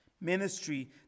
ministry